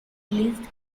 released